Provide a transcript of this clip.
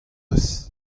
eus